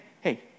hey